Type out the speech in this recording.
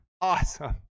Awesome